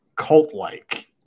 cult-like